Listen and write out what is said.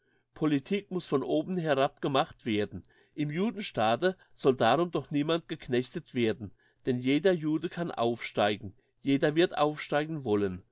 politik muss von oben herab gemacht werden im judenstaate soll darum doch niemand geknechtet werden denn jeder jude kann aufsteigen jeder wird aufsteigen wollen